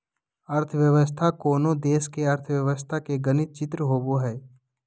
अर्थव्यवस्था कोनो देश के अर्थव्यवस्था के गणित चित्र होबो हइ